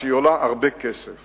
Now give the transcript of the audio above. שהיא עולה הרבה כסף,